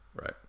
right